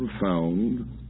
found